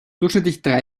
durchschnittlich